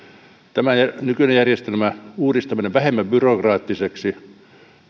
tämä nykyisen järjestelmän uudistaminen vähemmän byrokraattiseksi